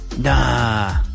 Nah